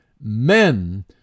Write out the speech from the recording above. men